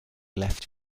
left